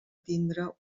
tindre